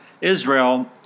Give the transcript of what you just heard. Israel